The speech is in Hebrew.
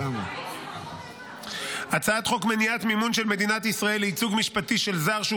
הצעת חוק מניעת מימון של מדינת ישראל לייצוג משפטי של זר שהוא